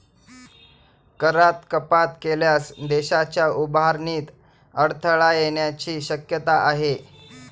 करात कपात केल्यास देशाच्या उभारणीत अडथळा येण्याची शक्यता आहे